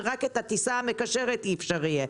ורק את הטיסה המקשרת אי-אפשר יהיה.